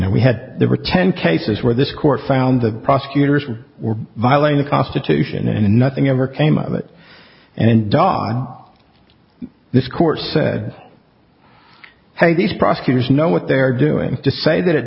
know we had there were ten cases where this court found that prosecutors were were violating the constitution and nothing ever came of it and in dobbs this court said hey these prosecutors know what they're doing to say that it